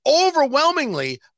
overwhelmingly